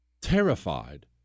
terrified